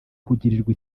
kugirirwa